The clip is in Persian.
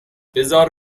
بزار